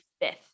fifth